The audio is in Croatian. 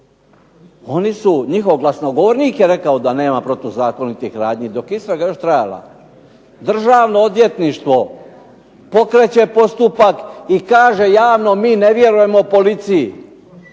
policije. Njihov glasnogovornik je rekao da nema protuzakonitih radnji dok je istraga još trajala. Državno odvjetništvo pokreće postupak i kaže javno, mi ne vjerujemo policiji,